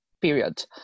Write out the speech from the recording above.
period